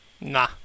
Nah